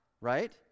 right